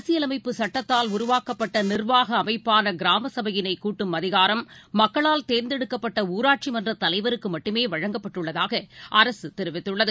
அரசியலமைப்புச் சட்டத்தால் உருவாக்கப்பட்ட நிர்வாக அமைப்பான கிராம சபையினை கூட்டும் அதிகாரம் மக்களால் தேர்ந்தெடுக்கப்பட்ட ஊராட்சி மன்றத் தலைவருக்கு மட்டுமே வழங்கப்பட்டுள்ளதாக அரசு தெரிவித்துள்ளது